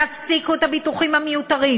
תפסיקו את הביטוחים המיותרים.